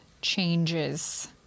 changes